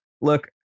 look